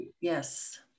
yes